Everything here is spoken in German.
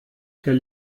herr